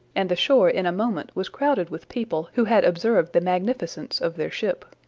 and the shore in a moment was crowded with people, who had observed the magnificence of their ship.